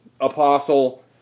Apostle